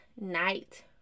night